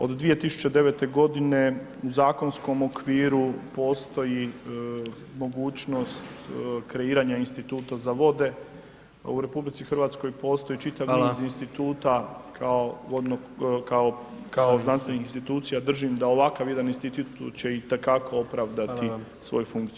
Od 2009. godine u zakonskom okviru postoji mogućnost kreiranja instituta za vode, u RH postoji čitav niz [[Upadica: Hvala.]] instituta kao vodnog, kao znanstvenih institucija, držim da ovakav jedan institut će i te kako opravdati svoju funkciju.